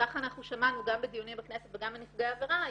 כך אנחנו שמענו גם בדיונים בכנסת וגם מנפגעי עבירה,